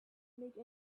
make